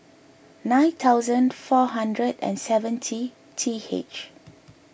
nine thousand four hundred and seventy T H